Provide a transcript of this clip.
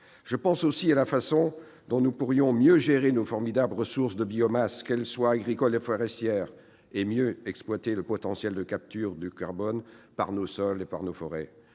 Je pense aussi à la manière dont nous pourrions mieux gérer nos formidables ressources de biomasse, qu'elles soient agricoles ou forestières, et mieux exploiter le potentiel de capture du carbone par nos sols et nos forêts.